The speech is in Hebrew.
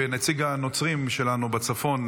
נציג הנוצרים שלנו בצפון,